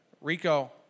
Rico